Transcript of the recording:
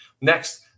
Next